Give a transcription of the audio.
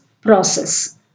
process